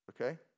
okay